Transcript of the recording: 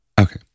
Okay